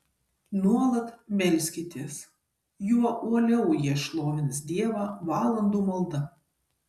nuolat melskitės juo uoliau jie šlovins dievą valandų malda